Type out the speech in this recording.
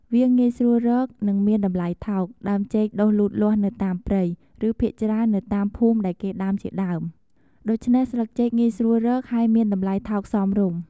វាងាយស្រួលរក និងមានតម្លៃថោក ដើមចេកដុះលូតលាស់នៅតាមព្រៃ ឬភាគច្រើននៅតាមភូមិដែលគេដាំជាដើម ដូច្នេះស្លឹកចេកងាយស្រួលរក ហើយមានតម្លៃថោកសមរម្យ។